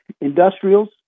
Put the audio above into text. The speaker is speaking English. Industrials